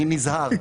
אני נזהר.